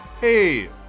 Hey